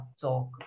talk